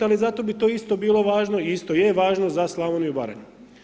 Ali, zato bi to isto bilo važno i isto i je važno za Slavoniju i Baranju.